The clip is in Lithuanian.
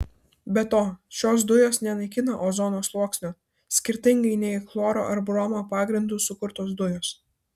be to šios dujos nenaikina ozono sluoksnio skirtingai nei chloro ar bromo pagrindu sukurtos dujos